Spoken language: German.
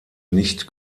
nicht